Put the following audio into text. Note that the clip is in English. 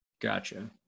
Gotcha